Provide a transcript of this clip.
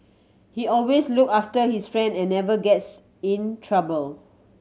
he always look after his friend and never gets in trouble